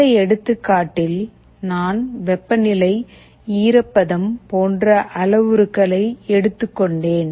இந்த எடுத்துக்காட்டில் நான் வெப்பநிலை ஈரப்பதம் போன்ற அளவுருக்ககளை எடுத்துக்கொண்டேன்